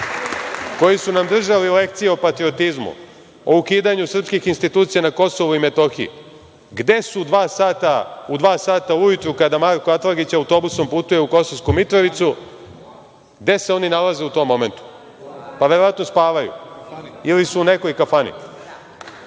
koji su nam držali lekcije o patriotizmu, o ukidanju srpskih institucija na Kosovu i Metohiji – gde su u dva sata ujutru, kada Marko Atlagić autobusom putuje u Kosovsku Mitrovicu? Gde se oni nalaze u tom momentu? Verovatno spavaju ili su u nekoj kafani.